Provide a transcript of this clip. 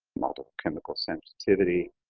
multiple chemical sensitivity.